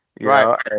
Right